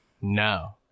No